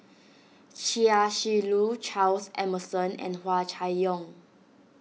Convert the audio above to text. Chia Shi Lu Charles Emmerson and Hua Chai Yong